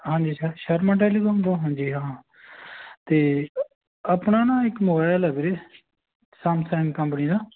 ਹਾਂਜੀ sir Sharma telecom ਤੋਂ ਹਾਂਜੀ ਹਾਂ ਅਤੇ ਆਪਣਾ ਨਾ ਇੱਕ ਮੋਬਾਇਲ ਆ ਵੀਰੇ ਸੈਮਸੰਗ ਕੰਪਨੀ ਦਾ